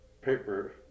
paper